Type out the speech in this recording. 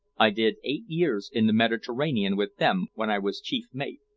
i did eight years in the mediterranean with them, when i was chief mate.